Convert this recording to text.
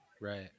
Right